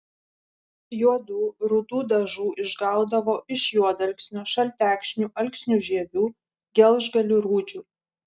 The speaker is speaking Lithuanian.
juodų rudų dažų išgaudavo iš juodalksnio šaltekšnių alksnių žievių gelžgalių rūdžių